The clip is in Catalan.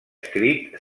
escrit